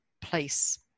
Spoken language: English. place